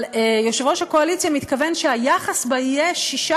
אבל יושב-ראש הקואליציה מתכוון שהיחס בה יהיה שישה